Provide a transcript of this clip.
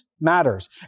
matters